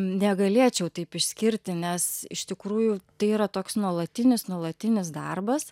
negalėčiau taip išskirti nes iš tikrųjų tai yra toks nuolatinis nuolatinis darbas